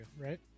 right